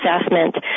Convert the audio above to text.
assessment